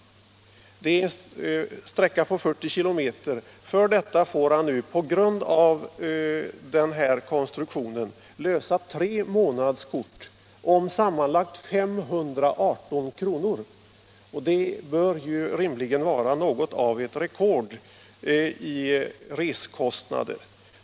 Detta är en sträcka på 40 km. För detta får han lösa tre månadskort för sammanlagt 518 kr. Det bör vara något av ett rekord i resekostnader.